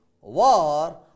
war